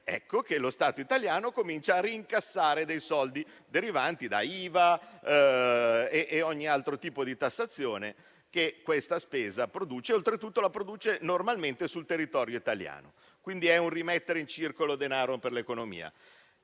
ecco che lo Stato italiano cominciare a incassare soldi derivanti dall'IVA e da ogni altro tipo di tassazione che questa spesa produce e che oltretutto normalmente produce sul territorio italiano, quindi è un rimettere in circolo denaro per l'economia.